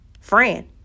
friend